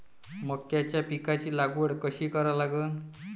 मक्याच्या पिकाची लागवड कशी करा लागन?